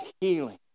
healing